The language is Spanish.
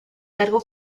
cargo